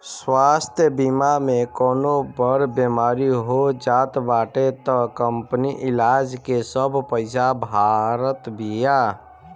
स्वास्थ्य बीमा में कवनो बड़ बेमारी हो जात बाटे तअ कंपनी इलाज के सब पईसा भारत बिया